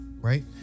right